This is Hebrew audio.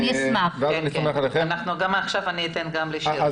אני אתן עכשיו גם לשירלי.